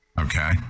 okay